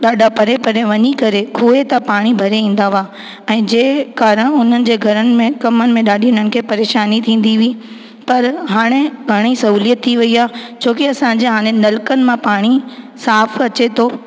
ॾाढा परे परे वञी करे खूहु था पाणी भरे ईंदा हुआ ऐं जंहिं कारां उन्हनि घरनि में कमनि में ॾाढी उन्हनि खे परेशानी थींदी हुई पर हाणे पाणी सहूलियत थी वेई आहे छो की असांजे हाणे नलकनि मां पाणी साफ़ु अचे थो